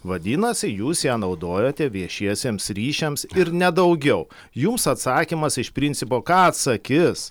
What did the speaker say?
vadinasi jūs ją naudojote viešiesiems ryšiams ir ne daugiau jums atsakymas iš principo ką atsakis